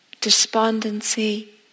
despondency